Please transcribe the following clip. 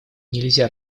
нельзя